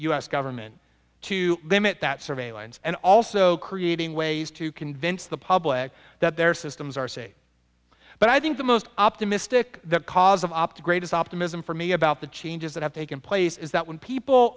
s government to limit that surveillance and also creating ways to convince the public that their systems are safe but i think the most optimistic the cause of opt greatest optimism for me about the changes that have taken place is that when people